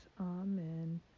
Amen